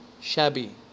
shabby